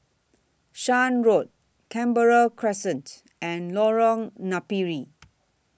Shan Road Canberra Crescent and Lorong Napiri